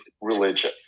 religion